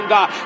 God